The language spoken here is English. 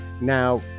now